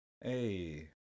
hey